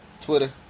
Twitter